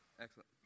Excellent